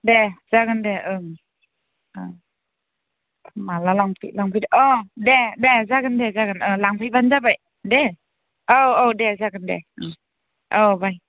दे जागोन दे ओं ओं माब्ला लांफैयो लांफैदो अ दे दे जागोन दे जागोन अ लांफैबानो जाबाय दे औ औ दे जागोन दे औ बाय